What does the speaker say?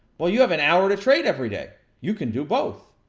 well, you have an hour to trade every day. you can do both.